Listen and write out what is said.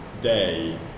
day